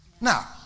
Now